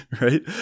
right